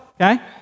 okay